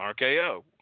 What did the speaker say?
RKO